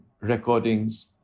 recordings